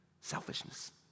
Selfishness